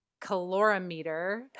calorimeter